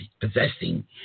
possessing